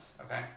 okay